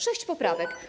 Sześć poprawek.